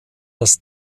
das